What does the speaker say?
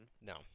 No